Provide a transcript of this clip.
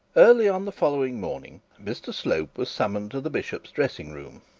early on the following morning, mr slope was summoned to the bishop's dressing-room,